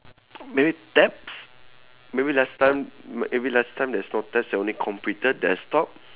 maybe tabs maybe last time maybe last time there's no tabs only computer desktop